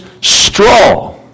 straw